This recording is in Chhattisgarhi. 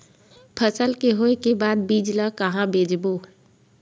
फसल के होय के बाद बीज ला कहां बेचबो?